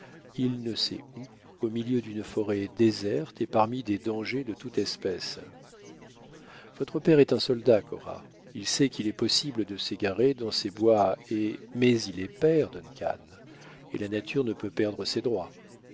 il ne sait où au milieu d'une forêt déserte et parmi des dangers de toute espèce votre père est un soldat cora il sait qu'il est possible de s'égarer dans ces bois et mais il est père duncan et la nature ne peut perdre ses droits